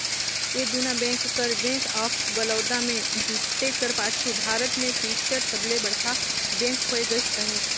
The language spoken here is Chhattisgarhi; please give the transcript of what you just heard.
ए दुना बेंक कर बेंक ऑफ बड़ौदा में जुटे कर पाछू भारत में तीसर सबले बड़खा बेंक होए गइस अहे